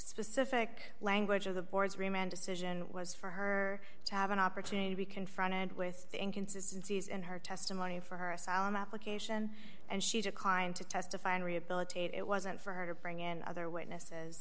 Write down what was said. specific language of the board's reman decision was for her to have an opportunity to be confronted with inconsistency as in her testimony for her asylum application and she declined to testify and rehabilitate it wasn't for her to bring in other witnesses